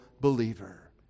believer